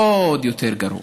עוד יותר גרוע.